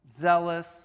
...zealous